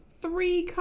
Three